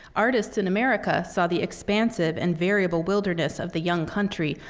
artists in america saw the expansive and variable wilderness of the young country,